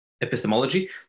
epistemology